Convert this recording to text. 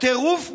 טירוף מוחלט.